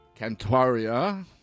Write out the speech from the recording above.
Cantuaria